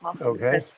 okay